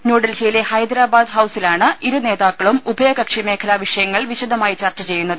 ന്യൂഡൽഹിയിലെ ഹൈദരാബാദ് ഹൌസിലാണ് ഇരുനേതാ ക്കളും ഉഭയകക്ഷി മേഖലാ വിഷയങ്ങൾ വിശദമായി ചർച്ച ചെയ്യുന്നത്